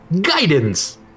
Guidance